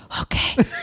Okay